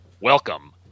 Welcome